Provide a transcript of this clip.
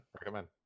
recommend